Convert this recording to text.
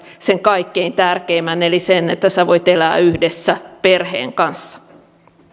sen kaikkein tärkeimmän eli sen että voi elää yhdessä perheen kanssa